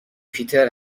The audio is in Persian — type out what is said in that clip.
پیتر